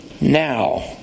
now